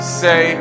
say